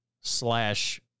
slash